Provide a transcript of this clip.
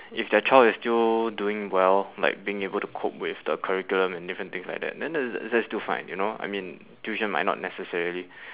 if their child is still doing well like being able to cope with the curriculum and different things like that then that is that is that's still fine you know I mean tuition might not necessarily